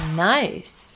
Nice